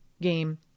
game